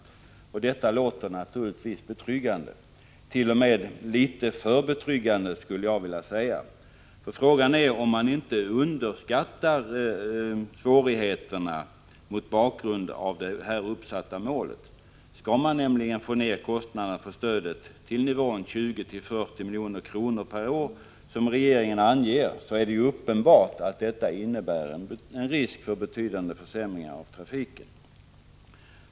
Detta låter naturligtvis betryggande — t.o.m. litet för betryggande, skulle jag vilja säga. Frågan är om man inte underskattar svårigheterna mot bakgrund av det här uppsatta målet. Skall kostnaderna för stödet nämligen kunna minskas till nivån 20-40 milj.kr. per år, som regeringen anger, är det uppenbart att det innebär en risk för betydande försämringar av trafiken.